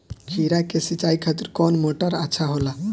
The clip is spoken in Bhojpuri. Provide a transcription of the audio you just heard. खीरा के सिचाई खातिर कौन मोटर अच्छा होला?